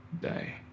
day